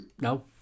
no